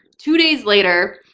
two days later,